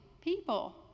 people